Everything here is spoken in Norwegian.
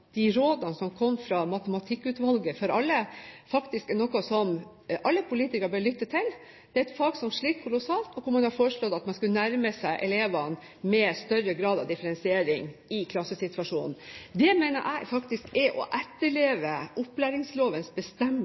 de rådene som kom fra Matematikkutvalget, faktisk er noe som alle politikere bør lytte til. Det er et fag som sliter kolossalt, og man har foreslått at man skal nærme seg elevene med større grad av differensiering i klassesituasjonen. Det mener jeg er å etterleve opplæringslovens bestemmelse